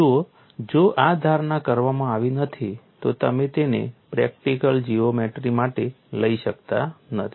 જુઓ જો આ ધારણા કરવામાં આવી નથી તો તમે તેને પ્રેક્ટિકલ જીઓમેટ્રી માટે લઈ શકતા નથી